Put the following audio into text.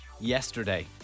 Yesterday